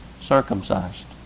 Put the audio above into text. circumcised